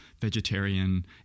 vegetarian